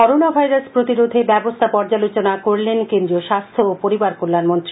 corona virus প্রতিবোধে ব্যবস্থা পর্যালোচনা করলেন কেন্দ্রীয় স্বাস্থ্য ও পরিবার কল্যাণমন্ত্রী